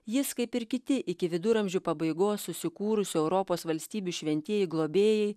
jis kaip ir kiti iki viduramžių pabaigos susikūrusių europos valstybių šventieji globėjai